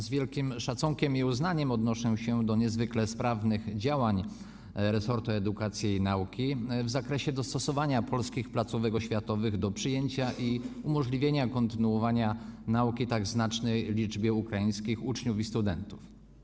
Z wielkim szacunkiem i uznaniem odnoszę się do niezwykle sprawnych działań resortu edukacji i nauki w zakresie dostosowania polskich placówek oświatowych do przyjęcia i umożliwienia kontynuowania nauki tak znacznej liczbie ukraińskich uczniów i studentów.